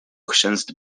chrzęst